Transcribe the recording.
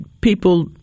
people